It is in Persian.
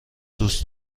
دوست